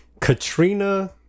Katrina